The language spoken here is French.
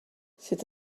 c’est